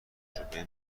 تجربه